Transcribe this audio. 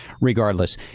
Regardless